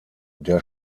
der